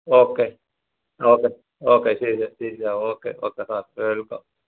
okay okay okay ശരി ശരി ആ ഓക്കെ ഓക്കെ ആ ഞാൻ വിളിക്കാം